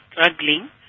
struggling